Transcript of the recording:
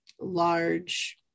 large